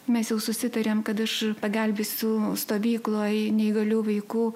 mes jau susitarėm kad aš pagelbėsiu stovykloj neįgalių vaikų